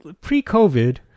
Pre-COVID